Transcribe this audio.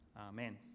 amen